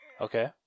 Okay